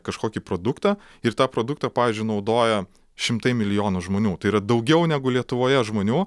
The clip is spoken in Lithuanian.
kažkokį produktą ir tą produktą pavyzdžiui naudoja šimtai milijonų žmonių tai yra daugiau negu lietuvoje žmonių